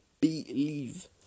Believe